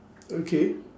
okay